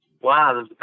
Wow